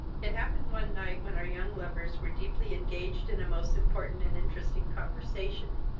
it happened one night, when our young lovers were deeply engaged in a most important and interesting conversation,